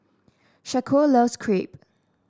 Shaquille loves Crepe